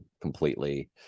completely